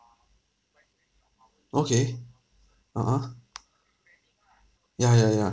okay a'ah ya ya yeah